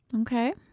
Okay